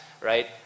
right